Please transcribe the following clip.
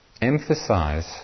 emphasize